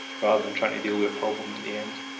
rather than trying to deal with a problem at the end.